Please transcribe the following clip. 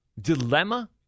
dilemma